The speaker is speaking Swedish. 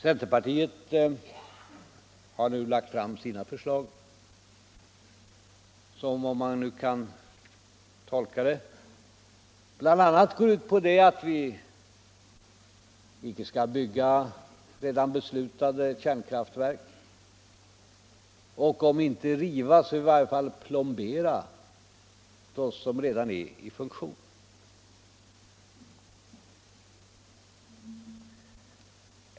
Centerpartiet har nu lagt fram sina förslag som, såvitt man kan tolka dem, bl.a. går ut på att vi icke skall bygga redan beslutade kärnkraftverk och om inte riva så i alla fall plombera dem som redan är i funktion.